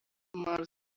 mars